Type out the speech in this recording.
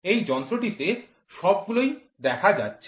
এই যন্ত্রটিতে সবগুলোই দেখা যাচ্ছে